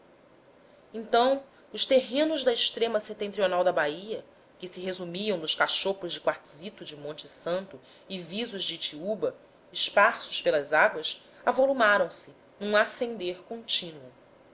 então os terrenos da extrema setentrional da bahia que se resumiam nos cachopos de quartzito de monte santo e visos da itiúba esparsos pelas águas avolumaram se num ascender contínuo